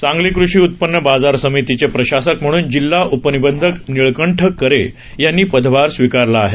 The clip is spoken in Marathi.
सांगली कृषी उत्पन्न बाजार समितीचे प्रशासक म्हणून जिल्हा उपनिबंधक निळकंठ करे यांनी पदभार स्विकारला आहे